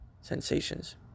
sensations